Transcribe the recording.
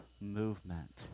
movement